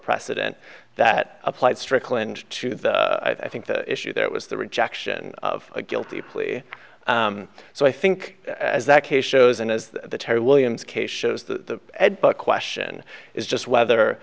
precedent that applied strickland to the i think the issue there was the rejection of a guilty plea so i think as that case shows and as the terry williams case shows the question is just whether